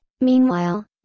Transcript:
meanwhile